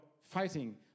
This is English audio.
fighting